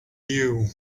you